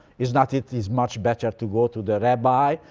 is not it is much better to go to the rabbi,